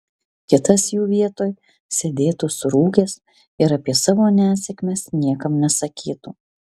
kitas jų vietoj sėdėtų surūgęs ir apie savo nesėkmes niekam nesakytų